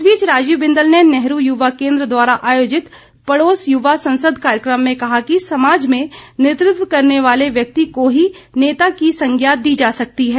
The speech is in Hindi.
इस बीच राजीव बिंदल ने नेहरू युवा केन्द्र द्वारा आयोजित पड़ोस युवा संसद कार्यक्रम में कहा कि समाज में नेतृत्व करने वाले व्यक्ति को ही नेता की संज्ञा दी जा सकती है